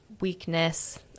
weakness